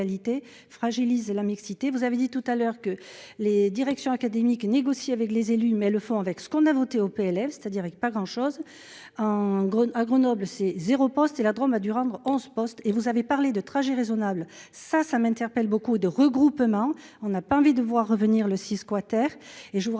Vous avez dit tout à l'heure que les directions académique négocie avec les élus, mais le font avec ce qu'on a voté au PLF c'est-à-dire avec pas grand chose en gros à Grenoble c'est 0 postes et la Drôme a dû rendre 11 postes et vous avez parlé de trajet raisonnables, ça, ça m'interpelle beaucoup de regroupements. On n'a pas envie de voir revenir le 6 squatter et je vous rappelle